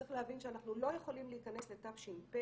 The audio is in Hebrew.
צריך להבין שאנחנו לא יכולים להיכנס לתש"פ.